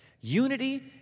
Unity